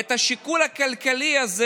שאת השיקול הכלכלי הזה